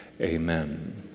Amen